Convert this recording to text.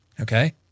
okay